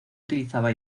utilizaba